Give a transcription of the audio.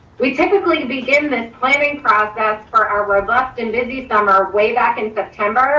we typically begin this planning process for our robust and busy summer way back in september,